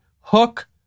hook